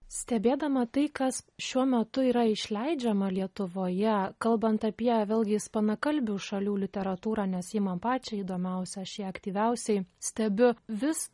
stebėdama tai kas šiuo metu yra išleidžiama lietuvoje kalbant apie vėlgi ispanakalbių šalių literatūrą nes ji man pačiai įdomiausia aš ją aktyviausiai stebiu vis